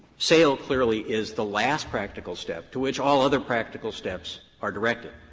sale clearly is the last practical step, to which all other practical steps are directed.